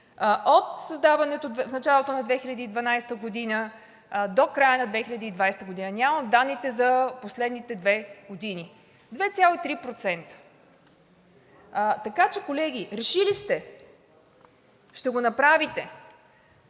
от създаването в началото на 2012 г. до края на 2020 г. Нямам данните за последните две години – 2,3%. Така че, колеги, решили сте, ще го направите.